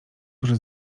duże